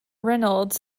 reynolds